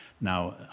now